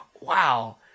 wow